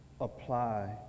apply